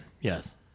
yes